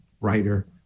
writer